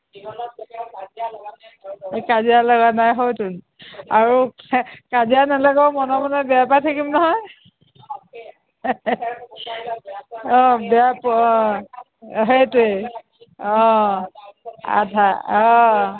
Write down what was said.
কাজিয়া লগা নাই হয়তোন আৰু কাজিয়া নেলাগাও মনে মনে বেয়া পাই থাকিম নহয় অ বেয়া পোৱা অ সেইটোৱেই অ আধা অ